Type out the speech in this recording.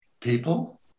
people